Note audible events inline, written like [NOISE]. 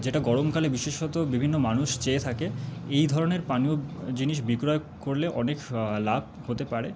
যেটা গরমকালে বিশেষত বিভিন্ন মানুষ চেয়ে থাকে এই ধরণের পানীয় জিনিস বিক্রয় করলে অনেক [UNINTELLIGIBLE] লাভ হতে পারে